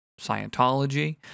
Scientology